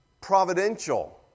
providential